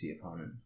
opponent